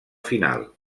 final